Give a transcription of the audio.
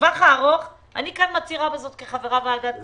לטווח הארוך, אני כאן מצהירה כחברה בוועדת הכספים,